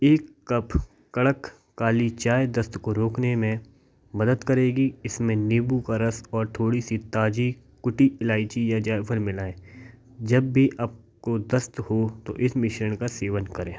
एक कप कड़क काली चाय दस्त को रोकने में मदद करेगी इसमें नीबू का रस और थोड़ी सी ताज़ी कुटी इलाईची या जायफ़ल मिलाएं जब भी आप को दस्त हो तो इस मिश्रण का सेवन करें